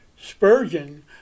Spurgeon